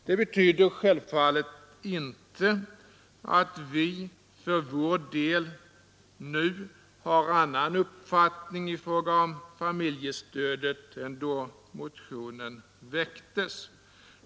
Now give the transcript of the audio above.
Det betyder självfallet inte att vi för vår del nu har annan uppfattning i fråga om familjestödet än då motionen väcktes.